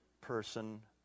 person